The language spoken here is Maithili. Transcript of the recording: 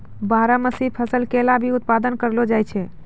बारहमासी फसल केला भी उत्पादत करलो जाय छै